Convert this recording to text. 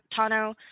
Tano